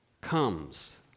comes